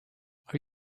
are